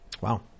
Wow